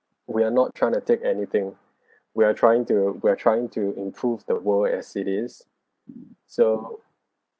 we're not trying to take anything we're trying to we're trying to improve the world as it is so